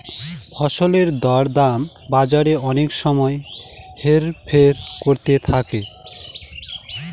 ফসলের দর দাম বাজারে অনেক সময় হেরফের করতে থাকে